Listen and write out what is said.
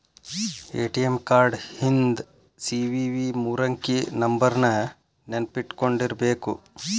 ATM card ಹಿಂದ್ CVV ಮೂರಂಕಿ ನಂಬರ್ನ ನೆನ್ಪಿಟ್ಕೊಂಡಿರ್ಬೇಕು